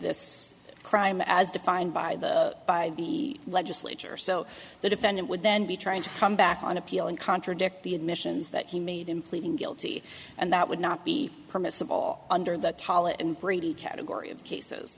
this crime as defined by the by the legislature so the defendant would then be trying to come back on appeal and contradict the admissions that he made him pleading guilty and that would not be permissible under the taliban brady category of cases